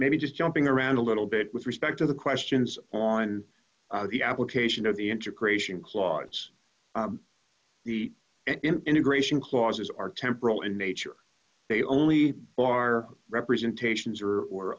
maybe just jumping around a little bit with respect to the questions on the application of the enter creation clause the integration clauses are temporal in nature they only are representations or